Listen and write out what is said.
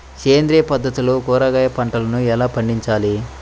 సేంద్రియ పద్ధతుల్లో కూరగాయ పంటలను ఎలా పండించాలి?